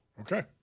okay